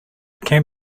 can